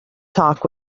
talk